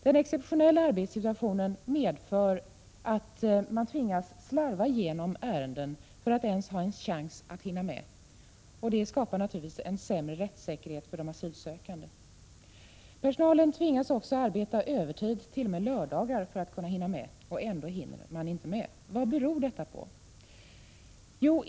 Den exceptionella arbetssituationen medför att man tvingas slarva igenom ärenden för att ens ha en chans att hinna med. Det skapar naturligtvis en sämre rättssäkerhet för de asylsökande. Personalen tvingas också arbeta övertid t.o.m. på lördagar för att kunna hinna med, och ändå hinner man inte med. Vad beror detta på?